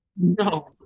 No